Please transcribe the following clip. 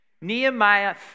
Nehemiah